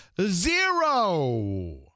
Zero